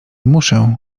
muszę